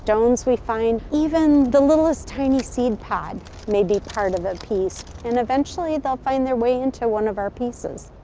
so we find, even the littlest tiny seedpod may be part of a piece, and eventually they'll find their way into one of our pieces.